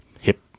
Hip